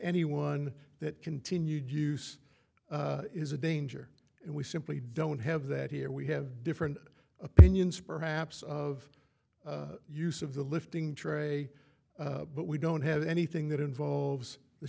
anyone that continued use is a danger and we simply don't have that here we have different opinions perhaps of use of the lifting tray but we don't have anything that involves the